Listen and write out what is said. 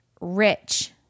rich